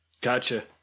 gotcha